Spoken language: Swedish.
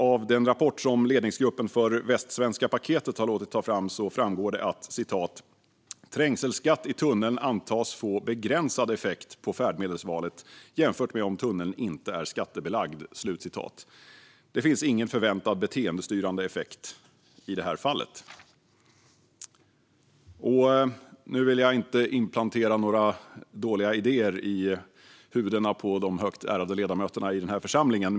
Av den rapport som ledningsgruppen för Västsvenska paketet har låtit ta fram framgår att: "Trängselskatt i tunneln antas få begränsad effekt på färdmedelsvalet, jämfört med om tunneln inte är skattebelagd." Det finns ingen förväntad beteendestyrande effekt i det här fallet. Nu vill jag inte inplantera några dåliga idéer i huvudena på de högt ärade ledamöterna i den här församlingen.